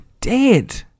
dead